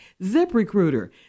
ZipRecruiter